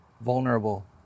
vulnerable